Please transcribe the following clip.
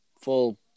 full